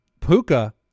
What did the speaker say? Puka